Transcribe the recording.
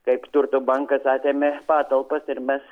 kaip turto bankas atėmė patalpas ir mes